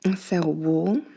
and cell wall,